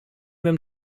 them